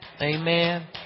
Amen